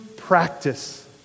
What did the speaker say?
Practice